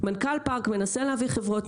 מנכ"ל פארק מנסה להביא חברות,